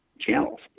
channels